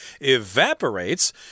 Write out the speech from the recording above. evaporates